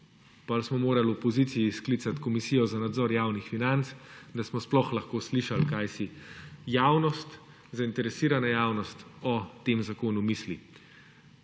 Potem smo morali v opoziciji sklicati Komisijo za nadzor javnih financ, da smo sploh lahko slišali kaj si javnost, zainteresirana javnost o tem zakonu misi,